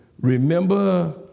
remember